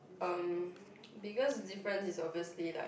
erm biggest difference is obviously like